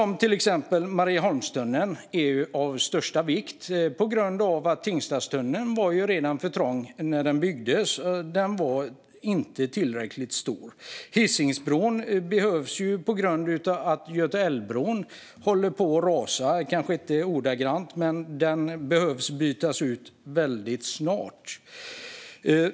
Marieholmstunneln är av största vikt på grund av att Tingstadstunneln var för trång redan när den byggdes. Den var inte tillräckligt stor. Hisingsbron behövs på grund av att Götaälvbron håller på att rasa - kanske inte ordagrant, men den behöver bytas ut väldigt snart.